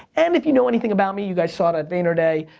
and if you know anything about me, you guys saw it at vayner day,